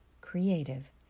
creative